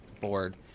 board